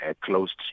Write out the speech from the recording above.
closed